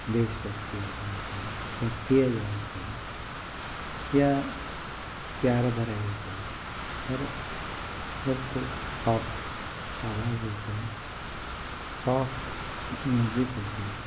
देश भक्तीअ जा हुजनि भक्तीअ जा हुजनि या प्यार भरा ई हुजनि पर बिल्कुलु सॉफ़्ट आवाज़ हुजे सॉफ़्ट म्यूजिक हुजे